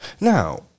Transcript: Now